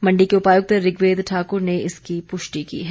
मंडी के उपायुक्त ऋग्वेद ठाक्र ने इसकी पुष्टि की है